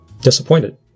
disappointed